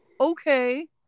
okay